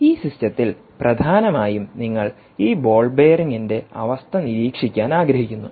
ഈ സിസ്റ്റത്തിൽ പ്രധാനമായും നിങ്ങൾ ഈ ബോൾ ബെയറിംഗിന്റെ അവസ്ഥ നിരീക്ഷിക്കാൻ ആഗ്രഹിക്കുന്നു